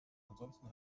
ansonsten